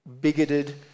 bigoted